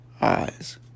eyes